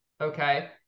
Okay